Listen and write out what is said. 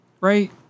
Right